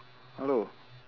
hello